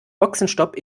boxenstopp